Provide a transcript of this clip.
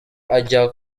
ajya